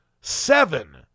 seven